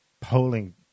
polling